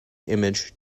image